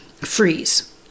freeze